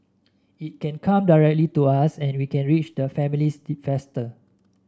it can come directly to us and we can reach the families faster